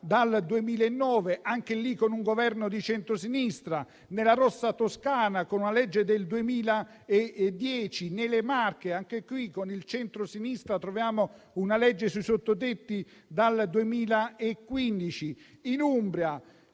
dal 2009, e anche in questo caso con un Governo di centrosinistra; nella rossa Toscana, con una legge del 2010; nelle Marche, con il centrosinistra troviamo una legge sui sottotetti dal 2015. In Umbria